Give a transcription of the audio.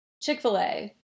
Chick-fil-A